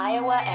Iowa